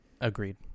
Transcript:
Agreed